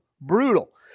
brutal